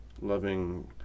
loving